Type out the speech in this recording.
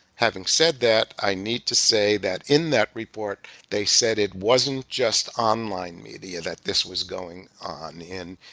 having said that, i need to say that in that report they said it wasn't just online media that this was going on in.